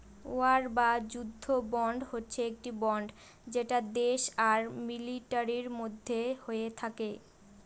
war বা যুদ্ধ bond হচ্ছে একটি বন্ড যেটা দেশ আর মিলিটারির মধ্যে হয়ে থাকে